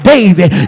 David